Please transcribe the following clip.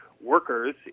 workers